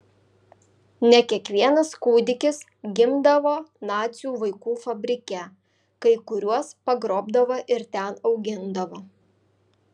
ne kiekvienas kūdikis gimdavo nacių vaikų fabrike kai kuriuos pagrobdavo ir ten augindavo